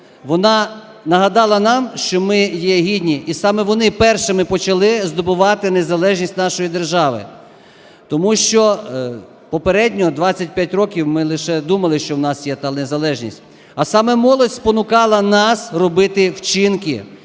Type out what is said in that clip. вона нагадала нам, що ми є гідні. І саме вони першими почали здобувати незалежність нашої держави. Тому що попередньо 25 років ми лише думали, що в нас є та незалежність. А саме молодь спонукала нас робити вчинки